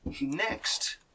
Next